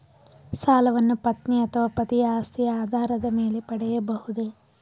ಸಾಲವನ್ನು ಪತ್ನಿ ಅಥವಾ ಪತಿಯ ಆಸ್ತಿಯ ಆಧಾರದ ಮೇಲೆ ಪಡೆಯಬಹುದೇ?